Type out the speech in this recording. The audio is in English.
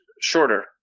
Shorter